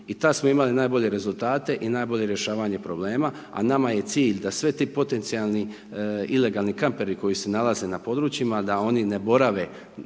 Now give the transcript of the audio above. I tada smo imali najbolje rezultate i najbolje rješavanje problema, a nama je cilj da svi ti potencijalni ilegalni kamperi koji se nalaze na područjima da oni ne borave